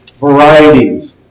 varieties